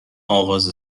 اغاز